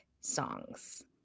songs